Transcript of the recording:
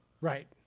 Right